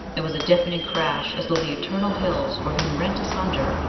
there was a deafening crash as though the eternal hills were being rent asunder,